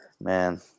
Man